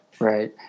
Right